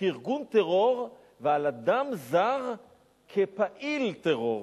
כארגון טרור, ועל אדם זר כפעיל טרור.